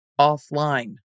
offline